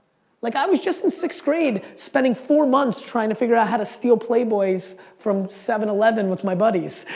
like i was just in sixth grade spending four months trying to figure out how to steal playboy's from seven eleven with my buddies.